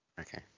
Okay